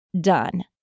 done